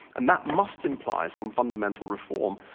and that must imply some fundamental reform.